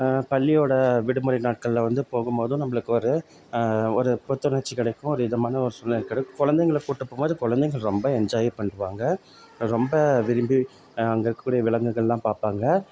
பள்ளியோட விடுமுறை நாட்களில் வந்து போகும் போதும் நம்பளுக்கு ஒரு ஒரு புத்துணர்ச்சி கிடைக்கும் ஒரு இதமான ஒரு சூழ்நிலைகள்ல இருக்கிறது குலந்தைங்கள கூப்பிட்டு போகும் போது குலந்தைகள் ரொம்ப என்ஜாய் பண்ணுவாங்க ரொம்ப விரும்பி அங்கே இருக்க கூடிய விலங்குகள் எல்லாம் பார்ப்பாங்க